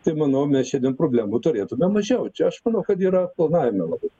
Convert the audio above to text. tai manau mes šiandien problemų turėtumėm mažiau čia aš manau kad yra planavime labai